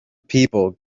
people